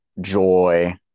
joy